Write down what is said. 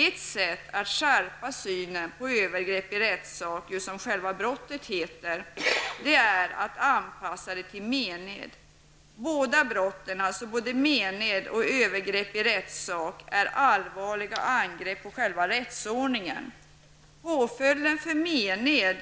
Ett sätt att skärpa synen på övergrepp i rättssak, som själva brottet heter, är att anpassa det till mened. Båda brotten, alltså både mened och övergrepp i rättssak, är allvarliga angrepp på själva rättsordningen. Den normala påföljden för mened